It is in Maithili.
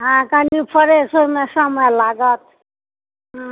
हँ कहलिऐ फ्रेश होएमे समय लागत